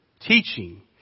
teaching